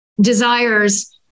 desires